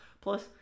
Plus